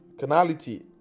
Canality